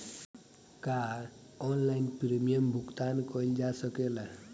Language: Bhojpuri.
का ऑनलाइन प्रीमियम भुगतान कईल जा सकेला?